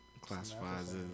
classifies